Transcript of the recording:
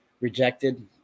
rejected